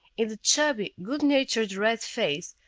in the chubby, good-natured red face,